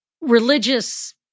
religious